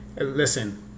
Listen